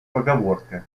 поговорка